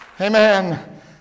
amen